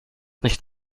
nicht